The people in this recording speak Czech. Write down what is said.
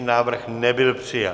Návrh nebyl přijat.